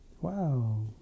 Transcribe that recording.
Wow